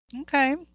okay